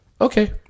Okay